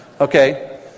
Okay